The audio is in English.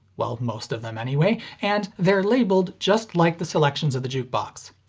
well most of them anyway, and they're labeled just like the selections of the jukebox.